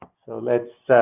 so let's